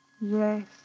Yes